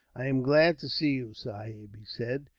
i am glad to see you, sahib, he said,